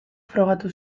frogatu